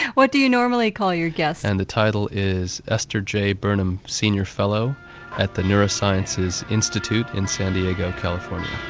what do you normally call your guests? and the title is esther j burnham senior fellow at the neurosciences institute in san diego, california.